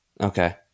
Okay